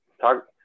talk